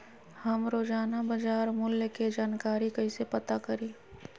हम रोजाना बाजार मूल्य के जानकारी कईसे पता करी?